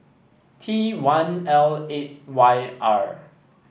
T one L eight Y R